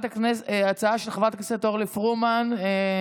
ההצעה להעביר את הצעת חוק לימוד חובה (תיקון,